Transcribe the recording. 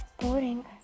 boring